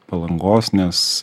palangos nes